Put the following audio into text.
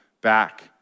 back